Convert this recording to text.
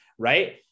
right